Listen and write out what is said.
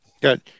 Good